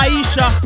Aisha